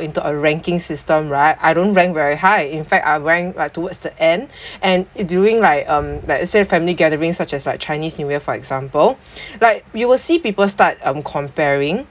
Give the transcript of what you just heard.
into a ranking system right I don't rank very high in fact I ranked like towards the end and during like um let's says family gatherings such as like chinese new year for example like you will see people start um comparing